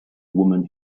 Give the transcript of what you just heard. woman